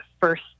first